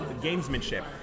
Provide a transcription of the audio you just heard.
gamesmanship